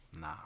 Nah